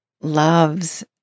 loves